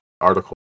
article